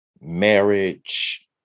marriage